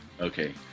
Okay